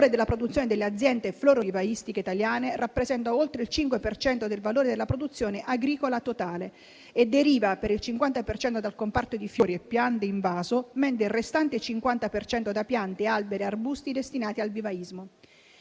della produzione delle aziende florovivaistiche italiane rappresenta oltre il 5 per cento del valore della produzione agricola totale e deriva, per il 50 per cento, dal comparto di fiori e piante in vaso, mentre il restante 50 per cento da piante, alberi e arbusti destinati al vivaismo.